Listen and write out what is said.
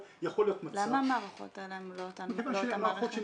למה המערכות האלה הן לא אותן מערכות?